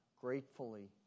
gratefully